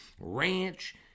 ranch